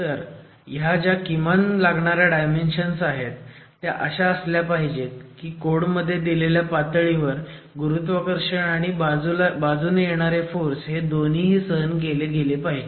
तर ह्या ज्या किमान लागणाऱ्या डायमेंशन्स आहेत त्या अशा असल्या पाहिजेत की कोडमध्ये दिलेल्या पातळीवर गुरुत्वाकर्षण आणि बाजूने येणारे फोर्स हे दोन्हीही सहन केले पाहिजेत